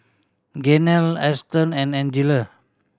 Gaynell Ashton and Angela